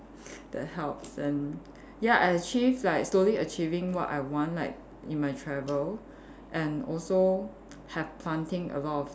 that helps and ya I achieve like slowly achieving what I want like in my travel and also have planting a lot of